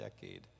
decade